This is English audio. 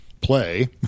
play